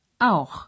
Auch